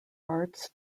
arts